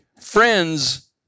friends